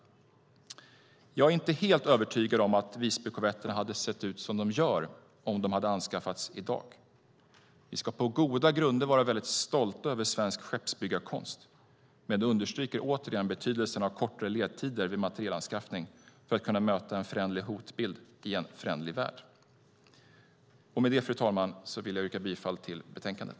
Jag är inte helt övertygad om att Visbykorvetterna hade sett ut som de gör om de hade anskaffats i dag. Vi ska på goda grunder vara väldigt stolta över svensk skeppsbyggarkonst, men det här understryker återigen betydelsen av kortare ledtider vid materielanskaffning för att kunna möta en föränderlig hotbild i en föränderlig värld. Med det, fru talman, vill jag yrka bifall till förslaget i betänkandet.